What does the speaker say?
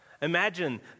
Imagine